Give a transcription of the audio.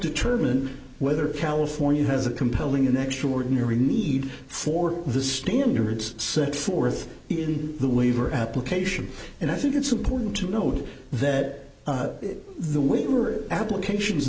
determine whether california has a compelling an extraordinary need for the standards set forth in the waiver application and i think it's important to note that the we were applications